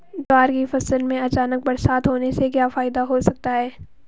ज्वार की फसल में अचानक बरसात होने से क्या फायदा हो सकता है?